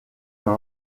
dans